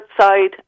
outside